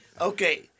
Okay